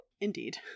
Indeed